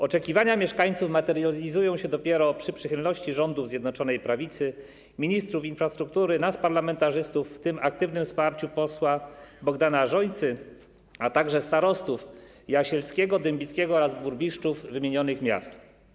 Oczekiwania mieszkańców materializują się dopiero przy przychylności rządów Zjednoczonej Prawicy, ministrów infrastruktury, nas, parlamentarzystów, w tym przy aktywnym wsparciu posła Bogdana Rzońcy, a także starostów jasielskiego, dębickiego oraz burmistrzów wymienionych miast.